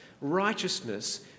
righteousness